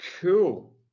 cool